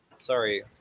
sorry